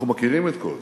אנחנו מכירים את כל זה,